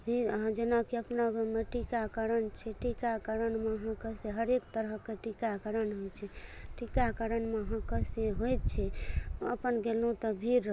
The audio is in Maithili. भीड़ अहाँ जेना कि अपना गाँवमे टीकाकरण छै टीकाकरणमे अहाँके से हरेक तरहके टीकाकरण होइ छै टीकाकरणमे अहाँके से होइ छै अपन गेलौँ तऽ भीड़